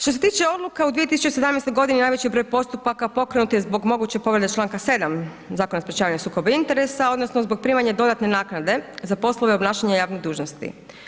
Što se tiče odluka u 2017. godini najveći broj postupaka pokrenut je zbog moguće povrede Članka 7. Zakona o sprečavanju sukoba interesa odnosno zbog primanja dodatne naknade za poslove obnašanja javne dužnosti.